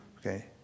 okay